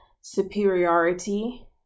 superiority